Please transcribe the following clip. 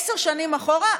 עשר שנים אחורה,